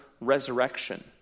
resurrection